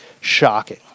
shocking